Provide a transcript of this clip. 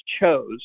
chose